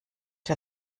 der